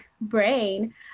brain